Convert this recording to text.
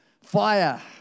fire